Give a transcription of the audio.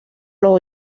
los